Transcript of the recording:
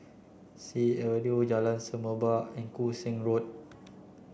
Sea Avenue Jalan Semerbak and Koon Seng Road